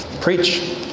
preach